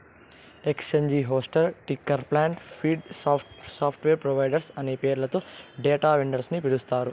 exchange hosting, ticker plant, feed, software ప్రొవైడర్లు అనే పేర్లతో డేటా వెండర్స్ ని పిలుస్తారు